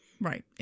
right